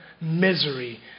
misery